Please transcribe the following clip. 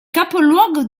capoluogo